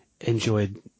enjoyed